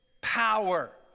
power